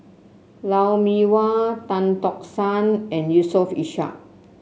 Lou Mee Wah Tan Tock San and Yusof Ishak